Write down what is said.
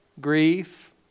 Grief